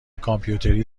کامپیوتری